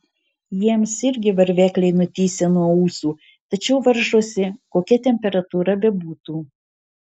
jiems irgi varvekliai nutįsę nuo ūsų tačiau varžosi kokia temperatūra bebūtų